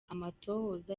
amatohoza